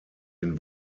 den